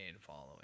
following